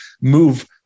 move